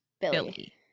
Billy